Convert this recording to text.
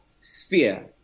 sphere